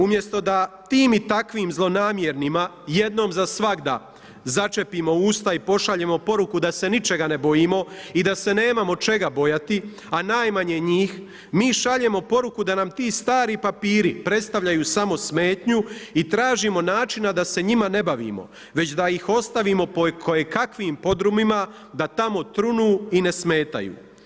Umjesto tim i takvim zlonamjernima jednom za svagda začepimo usta i pošaljemo poruku da se ničega ne bojimo i da se nemamo čega bojati, a najmanje njih, mi šaljemo poruku da nam ti stari papiri predstavljaju samo smetnju i tražimo načina da se njima ne bavimo već da ih ostavimo po kojekakvim podrumima da tamo trunu i ne smetaju.